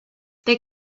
they